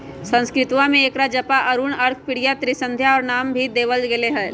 संस्कृतवा में एकरा जपा, अरुण, अर्कप्रिया, त्रिसंध्या और भी नाम देवल गैले है